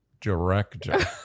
director